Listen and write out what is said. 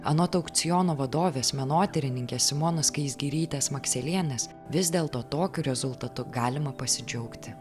anot aukciono vadovės menotyrininkės simonos skaisgirytės makselienės vis dėlto tokiu rezultatu galima pasidžiaugti